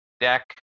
deck